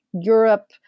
Europe